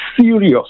serious